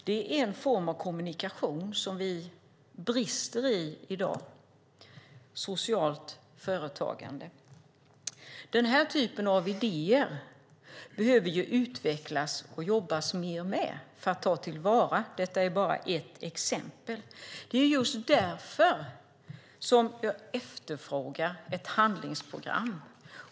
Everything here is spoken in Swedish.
Det är en form av kommunikation som vi brister i i dag när det gäller socialt företagande. Den här typen av idéer behöver utvecklas och jobbas mer med för att man ska kunna ta till vara detta. Det här är bara ett exempel. Det är därför som jag efterfrågar ett handlingsprogram.